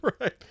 Right